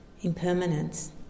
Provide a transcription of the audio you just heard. impermanence